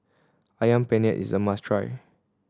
Ayam Penyet is a must try